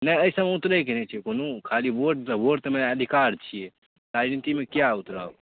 नहि एहिसबमे उतरैके नहि छै कोनो खाली वोट वोट हमर अधिकार छिए राजनीतिमे किएक उतरब